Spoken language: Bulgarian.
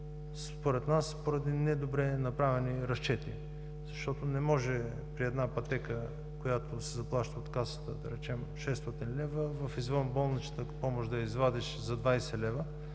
според нас поради недобре направени разчети, защото не може при една пътека, която се заплаща от Касата, да речем 600 лв., в извънболничната помощ да я извадиш за 20 лв.